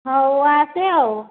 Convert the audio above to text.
ହଉ ଆସେ ଆଉ